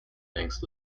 thanks